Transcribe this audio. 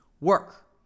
work